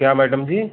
क्या मैडम जी